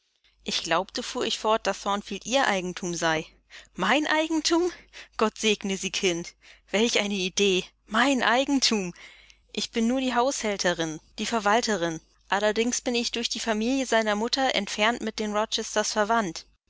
ich glaubte fuhr ich fort daß thornfield ihr eigentum sei mein eigentum gott segne sie kind welche eine idee mein eigentum ich bin nur die haushälterin die verwalterin allerdings bin ich durch die familie seiner mutter entfernt mit den rochesters verwandt